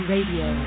Radio